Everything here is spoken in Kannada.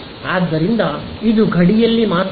ಆದ್ದರಿಂದ ಇದು ಗಡಿಯಲ್ಲಿ ಮಾತ್ರ ನಿಜ